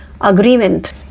agreement